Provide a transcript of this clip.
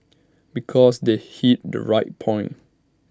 because they hit the right point